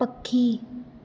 पखी